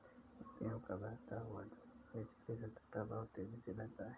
नदियों का बहता हुआ जल निचली सतह पर बहुत तेजी से बहता है